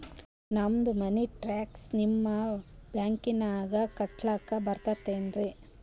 ನಮ್ದು money tax ನಿಮ್ಮ ಬ್ಯಾಂಕಿನಾಗ ಕಟ್ಲಾಕ ಬರ್ತದೇನ್ರಿ?